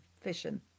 fission